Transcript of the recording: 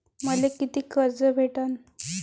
मले कितीक कर्ज भेटन?